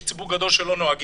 יש ציבור גדול שלא נוהג